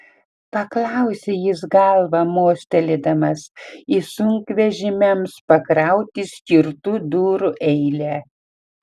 paklausė jis galva mostelėdamas į sunkvežimiams pakrauti skirtų durų eilę